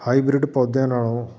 hybrid ਪੌਦਿਆਂ ਨਾਲੋਂ